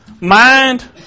mind